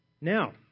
Now